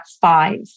five